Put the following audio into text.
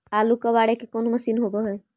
आलू कबाड़े के कोन मशिन होब है?